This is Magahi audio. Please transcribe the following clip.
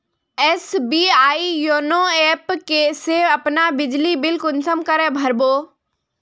एस.बी.आई योनो ऐप से अपना बिजली बिल कुंसम करे भर बो?